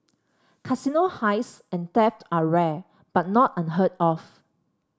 casino heists and theft are rare but not unheard of